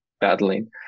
battling